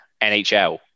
NHL